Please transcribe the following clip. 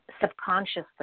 subconsciously